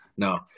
No